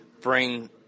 bring